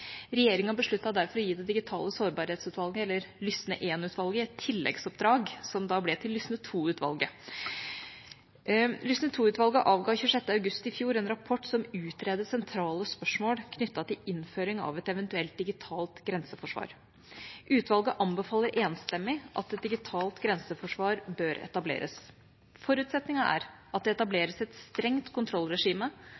Regjeringa besluttet derfor å gi det digitale sårbarhetsutvalget, eller Lysne I-utvalget et tilleggsoppdrag, som da ble til Lysne II-utvalget. Lysne II-utvalget avga 26. august i fjor en rapport som utreder sentrale spørsmål knyttet til innføring av et eventuelt digitalt grenseforsvar. Utvalget anbefaler enstemmig at et digitalt grenseforsvar bør etableres. Forutsetningen er at det